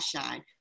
shine